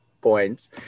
points